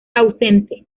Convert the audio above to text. ausente